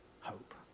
hope